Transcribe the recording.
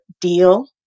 deal